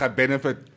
benefit